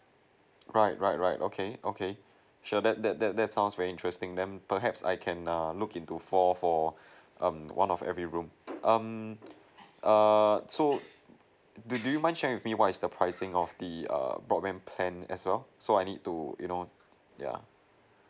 right right right okay okay sure that that that that sounds very interesting then perhaps I can err look into four for um one of every room um err so do do you mind share with me what is the pricing of the err broadband plan as well so I need to you know yeah